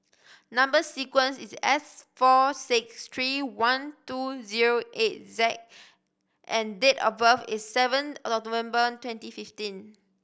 number sequence is S four six three one two zero eight J and date of birth is seven of November twenty fifteen